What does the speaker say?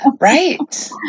right